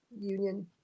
union